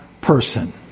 person